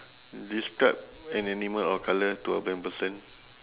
describe an animal or colour to a blind person